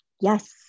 Yes